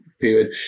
period